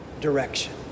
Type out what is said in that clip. direction